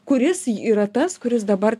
kuris yra tas kuris dabar